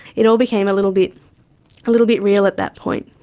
it all became a little bit little bit real at that point.